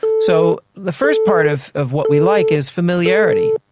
so the first part of of what we like is familiarity.